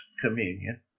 communion